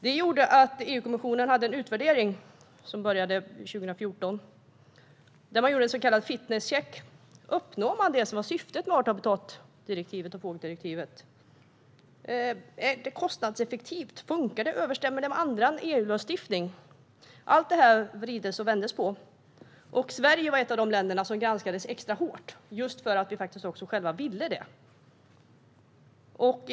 Detta ledde till att EU-kommissionen gjorde en utvärdering som påbörjades 2014. Man gjorde en så kallad fitness check. Uppnår man det som var syftet med art och habitatdirektivet och fågeldirektivet? Är det kostnadseffektivt? Funkar det? Överensstämmer det med annan EU-lagstiftning? Allt det här vred och vände man på. Sverige var ett av de länder som granskades extra hårt eftersom vi själva ville det.